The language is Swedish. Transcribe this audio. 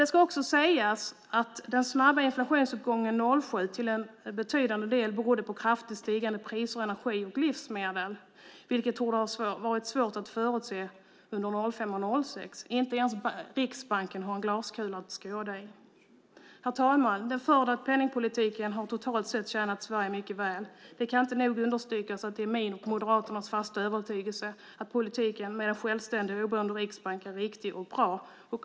Det ska också sägas att den snabba inflationsuppgången 2007 till betydande del berodde på kraftigt stigande priser på energi och livsmedel, vilket torde ha varit svårt att förutse under 2005 och 2006. Inte ens Riksbanken har en glaskula att skåda i. Herr talman! Den förda penningpolitiken har totalt sett tjänat Sverige mycket väl. Det kan inte nog understrykas att det är min och Moderaternas fasta övertygelse att politiken med en självständig och oberoende riksbank är riktig och bra.